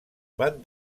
van